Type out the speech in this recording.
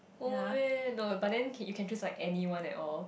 oh man no but then okay you can choose like anyone at all